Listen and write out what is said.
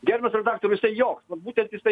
gerbiamas redaktoriau jisai joks vat būtent jisai